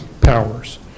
powers